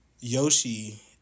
Yoshi